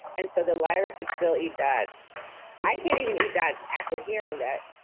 and so the liar could still eat dad's i can't even eat. that's after hearing that.